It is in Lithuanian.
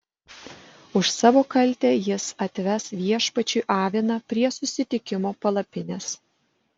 už savo kaltę jis atves viešpačiui aviną prie susitikimo palapinės